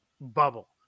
bubble